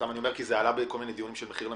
זה עלה בכל מיני דיונים של מחיר למשתכן,